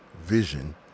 vision